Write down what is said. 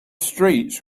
streets